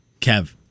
Kev